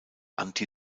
anti